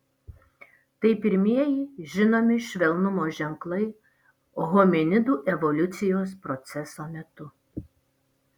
tai pirmieji žinomi švelnumo ženklai hominidų evoliucijos proceso metu